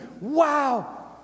wow